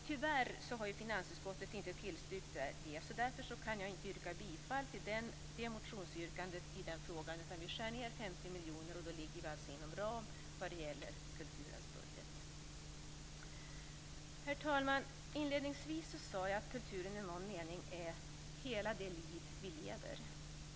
Tyvärr har finansutskottet inte tillstyrkt det, och därför kan jag inte yrka bifall till det motionsyrkandet i den frågan. Vi skär ned med 50 miljoner, och då ligger vi inom ramen vad det gäller kulturens budget. Herr talman! Inledningsvis sade jag att kulturen i någon mening är hela det liv vi lever.